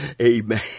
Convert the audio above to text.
Amen